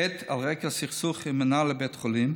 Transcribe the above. עת על רקע סכסוך עם מינהל בית החולים,